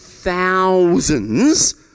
thousands